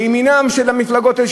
לימינן של המפלגות האלה,